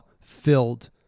filled